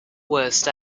worst